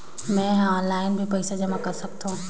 मैं ह ऑनलाइन भी पइसा जमा कर सकथौं?